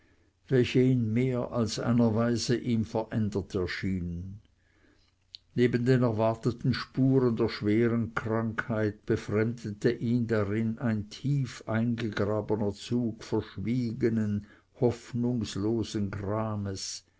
welche in mehr als einer weise ihm verändert erschienen neben den erwarteten spuren der schweren krankheit befremdete ihn darin ein tief eingegrabener zug verschwiegenen hoffnungslosen grames